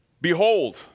Behold